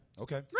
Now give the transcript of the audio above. Okay